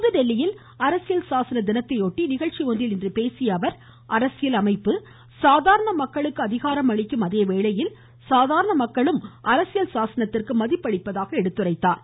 புதுதில்லியில் அரசியல் சாசன தினத்தையொட்டி நிகழ்ச்சி ஒன்றில் இன்று பேசிய அவர் அரசியல் அமைப்பு சாதாரண மக்களுக்கு அதிகாரம் அளிக்கும் அதேவேளையில் சாதாரண மக்களும் அரசியல் சாசனத்திற்கு மதிப்பு அளிப்பதாக எடுத்துரைத்தார்